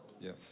Yes